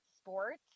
Sports